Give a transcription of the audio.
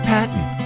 Patton